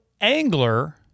angler